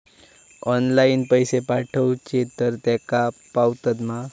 Online पैसे पाठवचे तर तेका पावतत मा?